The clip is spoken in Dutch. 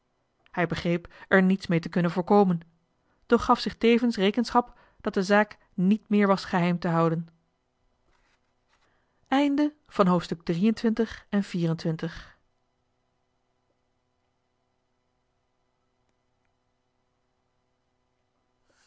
hij begreep er niets mee te kunnen voorkomen doch gaf zich tevens rekenschap dat de zaak niet meer was geheim te houden